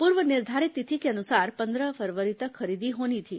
पूर्व निर्धारित तिथि के अनुसार पंद्रह फरवरी तक खरीदी होनी थी